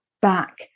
back